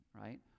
right